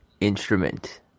instrument